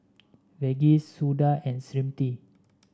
Verghese Suda and Smriti